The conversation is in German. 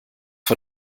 vor